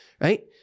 right